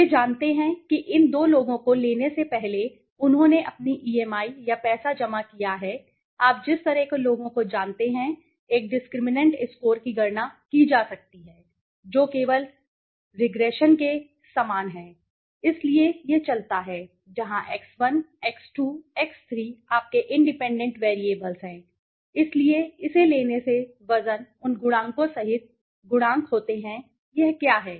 वे जानते हैं कि इन 2 लोगों को लेने से पहले उन्होंने अपनी ईएमआई या पैसा जमा किया है आप जिस तरह के लोगों को जानते हैं एक डिस्क्रिमिनैंट स्कोर की गणना की जा सकती है जो केवल एकरिग्रेशन के समान है इसलिए यह चलता है जहां X1 x2 x3 आपके इंडिपेंडेंट वैरिएबल्सहैं इसलिए इसे लेने से वज़न उन गुणांकों सहित गुणांक होते हैं यह क्या है